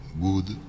good